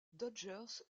dodgers